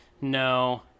no